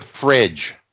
fridge